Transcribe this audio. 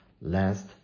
last